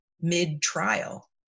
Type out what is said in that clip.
mid-trial